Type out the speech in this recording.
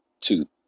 two